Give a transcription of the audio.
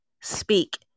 speak